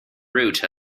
root